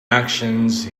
actions